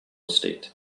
state